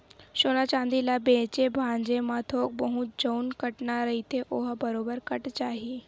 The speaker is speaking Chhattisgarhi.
सोना चांदी ल बेंचे भांजे म थोक बहुत जउन कटना रहिथे ओहा बरोबर कट जाही